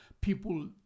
people